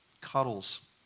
cuddles